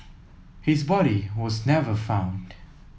his body was never found